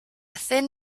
thin